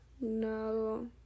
No